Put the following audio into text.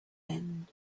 end